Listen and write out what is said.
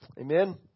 Amen